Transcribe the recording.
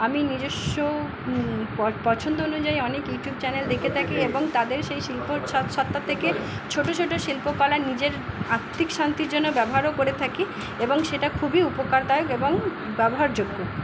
আমি নিজস্ব পছন্দ অনুযায়ী অনেক ইউটিউব চ্যানেল দেখে থাকি এবং তাদের সেই শিল্প সত্তা থেকে ছোটো ছোটো শিল্পকলা নিজের আত্মিক শান্তির জন্য ব্যবহারও করে থাকি এবং সেটা খুবই উপকারদায়ক এবং ব্যবহারযোগ্য